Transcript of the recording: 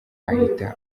ahita